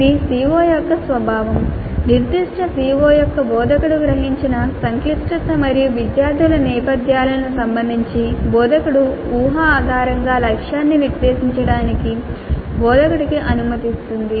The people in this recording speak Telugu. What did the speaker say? ఇది CO యొక్క స్వభావం నిర్దిష్ట CO యొక్క బోధకుడు గ్రహించిన సంక్లిష్టత మరియు విద్యార్థుల నేపథ్యాలకు సంబంధించి బోధకుడి ఊహ ఆధారంగా లక్ష్యాన్ని నిర్దేశించడానికి బోధకుడిని అనుమతిస్తుంది